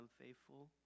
unfaithful